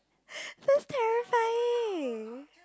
that's terrifying